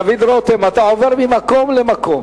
דוד רותם, אתה עובר ממקום למקום